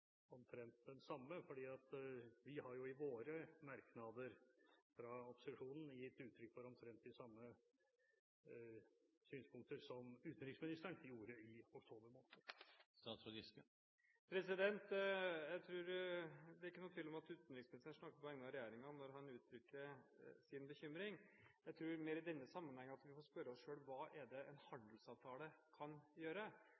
omtrent den samme? For vi fra opposisjonen har i våre merknader gitt uttrykk for omtrent de samme synspunkter som utenriksministeren gjorde i oktober måned. Det er ikke noen tvil om at utenriksministeren snakker på vegne av regjeringen når han uttrykker sin bekymring. Jeg tror mer i denne sammenheng at vi får spørre oss selv: Hva er det en handelsavtale kan gjøre,